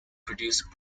produce